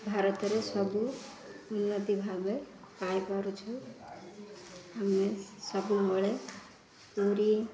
ଭାରତରେ ସବୁ ଉନ୍ନତି ଭାବେ ପାଇପାରୁଛୁ ଆମେ ସବୁବେଳେ ପୁରୀ